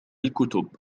الكتب